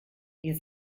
ihr